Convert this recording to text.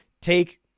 Take